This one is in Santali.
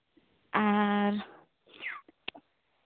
ᱟᱨ